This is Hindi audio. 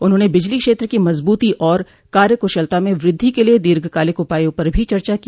उन्होंने बिजली क्षेत्र की मजबूती और कार्य क्शलता में वृद्धि के लिए दीर्घकालिक उपायों पर भी चर्चा की